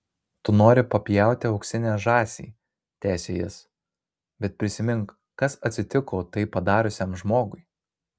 tu nori papjauti auksinę žąsį tęsė jis bet prisimink kas atsitiko tai padariusiam žmogui